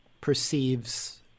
perceives